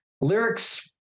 lyrics